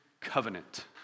covenant